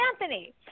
Anthony